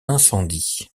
incendie